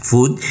Food